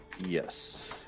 Yes